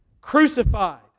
crucified